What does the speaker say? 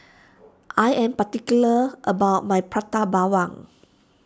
I am particular about my Prata Bawang